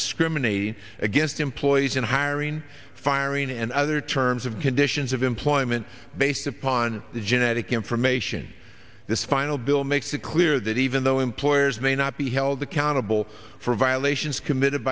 discriminating against employees in hiring firing and other terms of conditions of employment based upon genetic information this final bill makes it clear that even though employers may not be held accountable for violations committed